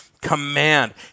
command